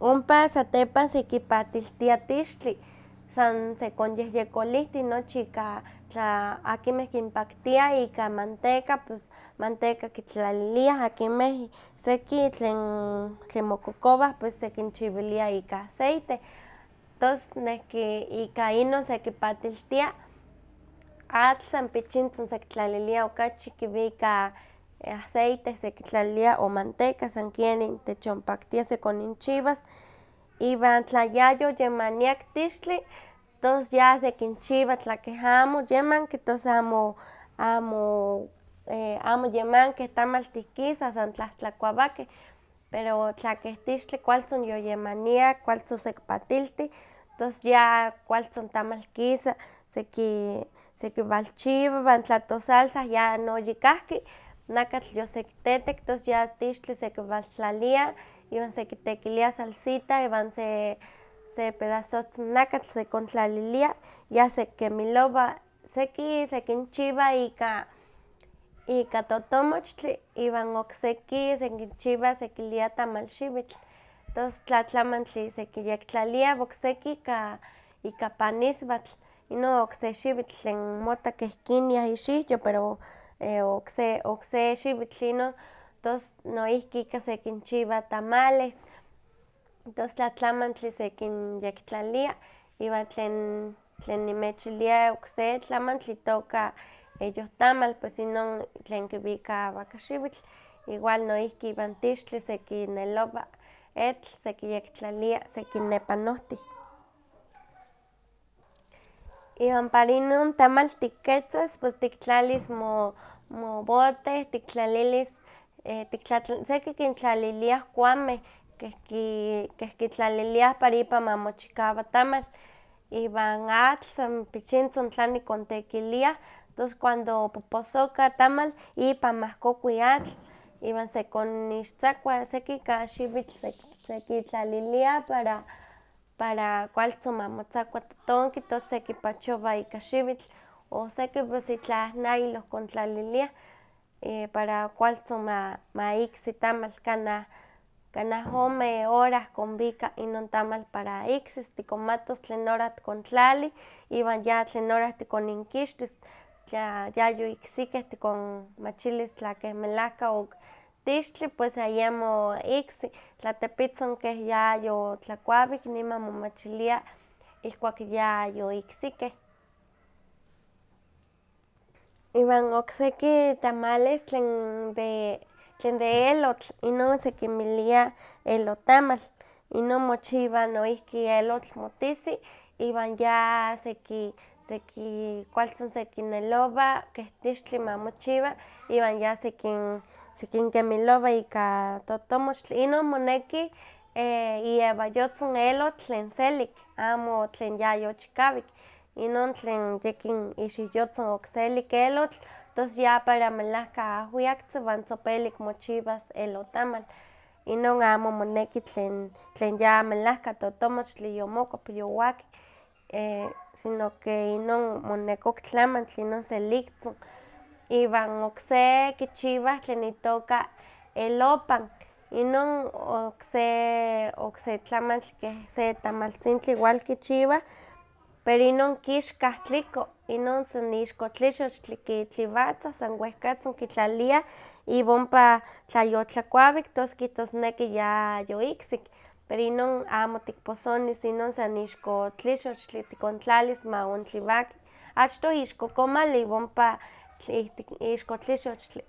Ompa satepan sekipatiltia tixtli, sa sekonyehyekolihtih nochi ika tla akinmeh kinpaktia ika manteca, pues manteca kitlaliliah, seki tel mokokowah pues sekinchiwilia ika aceite. Tos nehki ika inon sekipatiltia, atl san pichintzin sekitlalilia okachi kiwika aceite sekitlalilia o manteca, san kenin techonpaktia sekoninchiwas. Iwan tla yayoyamaniak tixtli tos yasekinchiwa, iwan tla keh amo yamanki, tos amo amo amo yamankeh tamaltih kisah, san tlahtlakuawakeh, pero tla keh tixtli kualtzin yoyamaniak kualtzin osekipatiltih tos ya kualtzin tamal kisa, seki sekiwalchiwa, iwan tla tosalsa yanoyikahki, nakatk yosekitetek, tos ya tixtli sekiwaltlalia iwan sekitekilia salsita iwan se sepadazohtzin nakatl sekitlalilia, yasekimolowa, seki sekinchiwa ika ika totomochtli, iwan okseki sekilia tamalxwitl, tos tlatlamantli sekiyektlalia, iwan okseki ika paniswatl, mota keh kinia ixiwyo pero okse okse xiwitl inon, tos noihki ika sekinchiwa tamales. Tos tlatlamantli sekinyektlalia, iwan tlen tlen nimechilia okse tlamantli itoka eyohtamal, pues inon tlen kiwika awakaxiwitl, igual noihki iwan tixtli sekinelowa, etl sekiyektlalia, sekinepanohtih. Iwan para inon tamal tiketzas pues tiktlalis mo mobote, tiktlalilis, tik- seki kintlaliliah kuawmeh, keh kintlaliliah para ipan ma mochikawa tamal, iwan atl san pichintzin tlani kontekiliah, tos cuando poposoka tamal, ipan mahkokui atl, iwan sekonixtzakua seki ika xiwitl seki sekitlalilia para para kualtzin mamotzakua totonki, tos sekipachowa ika xiwitl o seki pues itlah nailo kontlaliliah, para keh kualtzin ma maiksi tamal kanah, kanah ome hora konwika inon tamal para iksis, tikonmatos tlen hora tikontlali iwan ya tlen hora tikoninkixtis tla yayoiksikeh tikonmachilis, tlakeh melahka oktixtli pues ayemo iksi, tla tepitzin keh yayotlakuawik niman momachilia ihkuak yayoiksikeh. Iwan okseki tamales tlen de tlen de elotl inon sekinmilia elotalam, inon mochiwa noihki elotl, motisi iwan ya seki seki kualtzin sekinelowa, keh tixtli mamochiwa, iwan ya sekin sekinkimilowa ika totomoxtli, inon momenki iewayotzin elotl tlen selik, amo tlen yayochikawik, inon tlen yekin ixiwyotzin okselik elotl tos ya para melahka ahwiaktzin iwan tzopelik mochiwas elotalal, inon amo moneki tlen tlen yamelahka totomoxtli omokopki owaki sino que inon moneki oktlamantli inon seliktzin, iwan okse kichiwah tlen itooka elopan, inon okse okse tlamantli keh se tamaltzintli igual kichiwah, pero inon kixkah tliko, inon son ixko tlixochtli kitliwatzah san wehkatzin kitlaliah, iwan ompa tla yotlakuawik tos kihtosneki yayoiksik, pero inon amo tikposonis, inon san ixko tlixochtli tikontlalis maontliwaki. Achtoh ixko komal iwan ompa ih- ix- ixko tlixochtli.